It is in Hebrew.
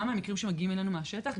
גם מהמקרים שמגיעים אלינו מהשטח,